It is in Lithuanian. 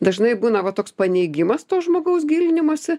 dažnai būna va toks paneigimas to žmogaus gilinimosi